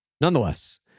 Nonetheless